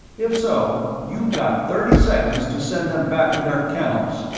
if so, you've got thirty seconds to send them back to their kennels.